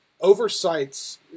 oversights